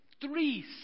three